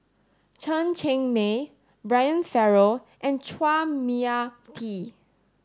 Chen Cheng Mei Brian Farrell and Chua Mia Tee